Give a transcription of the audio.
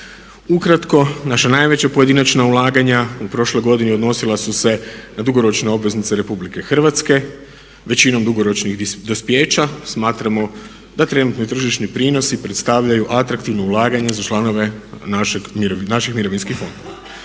Ukratko, naša najveća pojedinačna ulaganja u prošloj godini odnosila su se na dugoročne obveznice RH, većinom dugoročnih dospijeća. Smatramo da trenutno i tržišni prinosi predstavljaju atraktivno ulaganje za članove naših mirovinskih fondova.